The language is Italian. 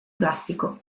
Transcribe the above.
classico